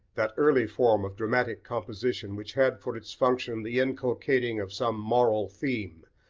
that early form of dramatic composition which had for its function the inculcating of some moral theme,